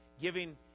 giving